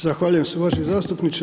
Zahvaljujem se uvaženi zastupniče.